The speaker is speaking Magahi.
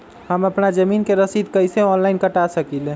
हम अपना जमीन के रसीद कईसे ऑनलाइन कटा सकिले?